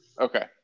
okay